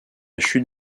chute